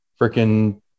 freaking